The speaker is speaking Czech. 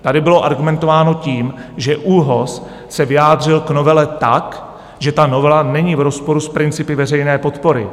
Tady bylo argumentováno tím, že ÚOHS se vyjádřil k novele tak, že ta novela není v rozporu s principy veřejné podpory.